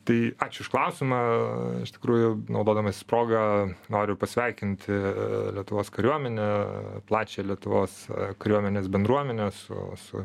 tai ačiū už klausimą iš tikrųjų naudodamasis proga noriu pasveikinti lietuvos kariuomenę plačią lietuvos kariuomenės bendruomenę su su